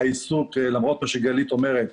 למרות מה שגלית אומרת,